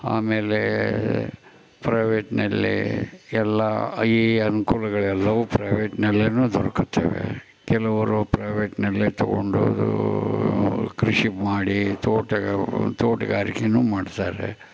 ಆಮೇಲೆ ಪ್ರೈವೇಟ್ನಲ್ಲೇ ಎಲ್ಲ ಈ ಅನುಕೂಲಗಳೆಲ್ಲವೂ ಪ್ರೈವೇಟ್ನಲ್ಲೆಯೂ ದೊರಕುತ್ತವೆ ಕೆಲವರು ಪ್ರೈವೇಟ್ನಲ್ಲೇ ತಗೊಂಡೂ ಕೃಷಿ ಮಾಡಿ ತೋಟ ತೋಟಗಾರಿಕೆಯನ್ನು ಮಾಡ್ತಾರೆ